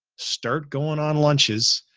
start going on lunches,